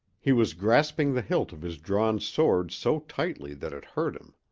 he was grasping the hilt of his drawn sword so tightly that it hurt him.